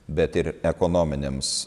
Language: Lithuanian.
bet ir ekonominėms